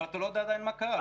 אבל אתה עדיין לא יודע מה קרה.